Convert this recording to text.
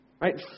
Right